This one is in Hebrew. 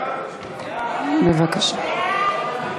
בבקשה.